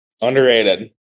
underrated